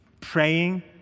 praying